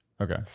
Okay